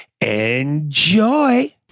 Enjoy